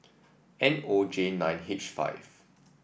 N O J nine H five